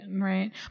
right